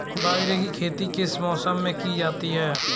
बाजरे की खेती किस मौसम में की जाती है?